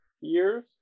years